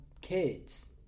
kids